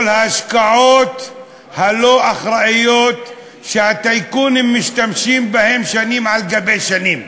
ההשקעות הלא-אחראיות שהטייקונים משתמשים בהם שנים על גבי שנים?